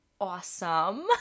awesome